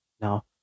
Now